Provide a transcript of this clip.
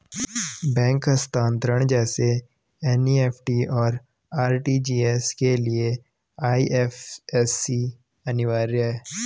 bank हस्तांतरण जैसे NEFT, और आर.टी.जी.एस के लिए आई.एफ.एस.सी अनिवार्य है